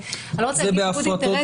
אני לא רוצה להגיד ניגוד אינטרסים,